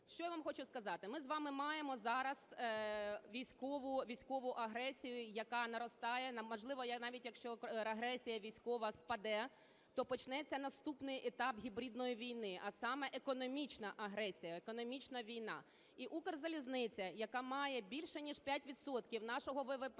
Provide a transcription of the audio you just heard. Що я вам хочу сказати? Ми з вами маємо зараз військову агресію, яка наростає, можливо, навіть якщо агресія військова спаде, то почнеться наступний етап гібридної війни, а сам економічна агресія, економічна війна. І Укрзалізниця, яка має більше ніж 5 відсотків